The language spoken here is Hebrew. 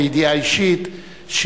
מידיעה אישית,